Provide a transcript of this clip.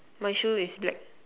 my shoe is black